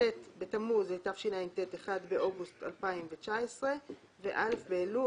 כ"ט בתמוז התשע"ט (1 באוגוסט 2019) ו-א' באלול